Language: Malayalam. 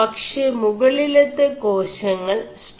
പേ മുകളിലെø േകാശÆൾ സ്4ടയ് െചgMു